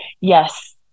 Yes